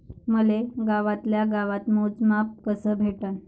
मले गावातल्या गावात मोजमाप कस भेटन?